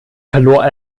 verlor